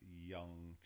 young